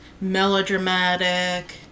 melodramatic